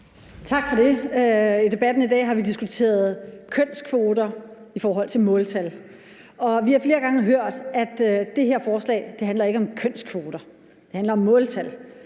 Tak for det. I debatten i dag har vi diskuteret kønskvoter i forhold til måltal, og vi har flere gange hørt, at det her forslag ikke handler om kønskvoter, men at det handler om måltal.